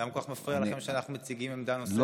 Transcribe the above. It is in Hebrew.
למה כל כך מפריע לכם שאנחנו מציגים עמדה נוספת?